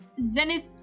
Zenith